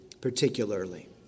particularly